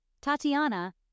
Tatiana